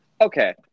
Okay